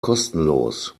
kostenlos